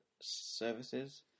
services